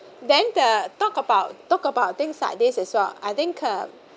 then the talk about talk about things like this is what I think uh